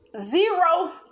zero